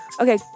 Okay